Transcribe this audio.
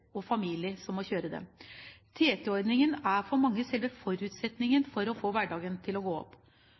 og familie må kjøre dem. TT-ordningen er for mange selve forutsetningen for å få hverdagen til å gå opp.